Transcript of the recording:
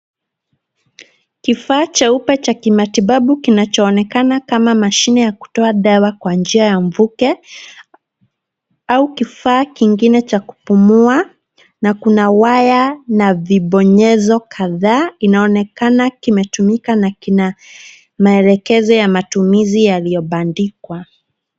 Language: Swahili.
Kifaa cheupe cha kimatibabu kinachoonekana kama mashine ya kutoa dawa kwa njia ya mvuke, au kifaa kingine cha kupumua, na kuna waya na vibonyezo kadhaa. Inaonekana kimetumika na kina maelekezo ya matumizi yaliyobandikwa.